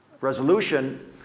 resolution